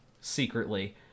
secretly